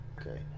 okay